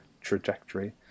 trajectory